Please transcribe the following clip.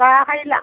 दाहाइ ला